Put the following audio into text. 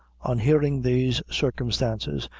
on hearing these circumstances,